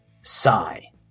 sigh